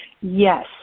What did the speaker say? Yes